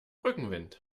rückenwind